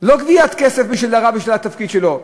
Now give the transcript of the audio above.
לא גביית כסף בשביל הרב, בשביל התפקיד שלו.